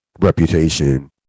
reputation